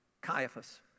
Caiaphas